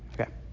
Okay